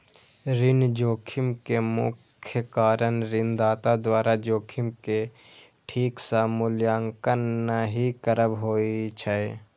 ऋण जोखिम के मुख्य कारण ऋणदाता द्वारा जोखिम के ठीक सं मूल्यांकन नहि करब होइ छै